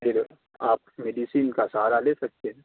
پھر آپ میڈیسین کا سہارا لے سکتے ہیں